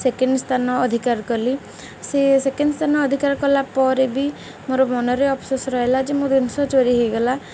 second ସ୍ଥାନ ଅଧିକାର କଲି ସେ ସେକେଣ୍ଡ ସ୍ଥାନ ଅଧିକାର କଲା ପରେ ବି ମୋର ମନରେ ଅଫସୋସ୍ ରହିଲା ଯେ ମୋ ଜିନିଷ ଚୋରି ହୋଇଗଲା